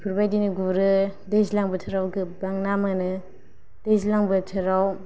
इफोरबायदिनो गुरो दैज्लां बोथोराव गोबां ना मोनो दैज्लां बोथोराव